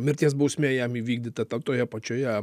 mirties bausmė jam įvykdyta ten toje pačioje